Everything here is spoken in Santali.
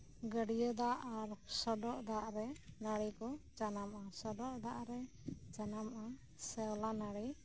ᱜᱟᱹᱰᱭᱟᱹ ᱫᱟᱜ ᱟᱨ ᱥᱚᱰᱚᱜ ᱫᱟᱜ ᱨᱮ ᱱᱟᱹᱲᱤᱠᱚ ᱡᱟᱱᱟᱢᱚᱜᱼᱟ ᱥᱚᱰᱚᱜ ᱫᱟᱜ ᱨᱮ ᱡᱟᱱᱟᱢᱚᱜᱼᱟ ᱥᱮᱣᱞᱟ ᱱᱟᱲᱤ